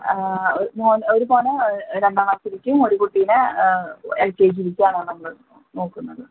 ഒരു മകനെ രണ്ടാം ക്ലാസിലേക്കും ഒരു കുട്ടീനെ എൽ കെ ജിയിലേക്ക് ആണ് നമ്മൾ നോക്കുന്നത്